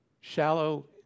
Shallow